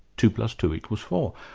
two plus two equals four.